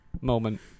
moment